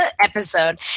episode